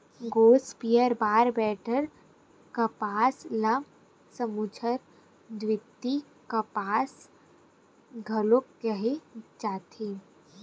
Gossypium barbadense कपास ल समुद्दर द्वितीय कपास घलो केहे जाथे